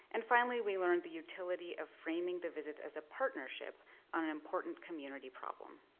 and finally we learned the utility of framing the visits as a partnership on important community problem.